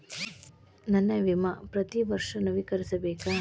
ನನ್ನ ವಿಮಾ ಪ್ರತಿ ವರ್ಷಾ ನವೇಕರಿಸಬೇಕಾ?